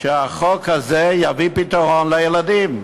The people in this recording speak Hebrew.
שהחוק הזה יביא פתרון לילדים,